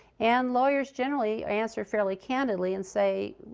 and lawyers generally answer fairly candidly and say,